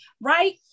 right